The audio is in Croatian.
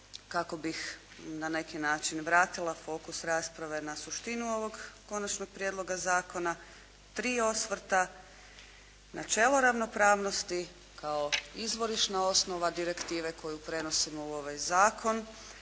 kako bih na neki način vratila fokus rasprave na suštinu ovog Konačnog prijedloga zakona. Tri osvrta načelo ravnopravnosti kao izvorišna osnova direktive koju prenosimo u ovaj zakon